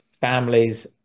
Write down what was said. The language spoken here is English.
families